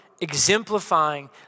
exemplifying